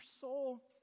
soul